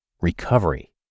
recovery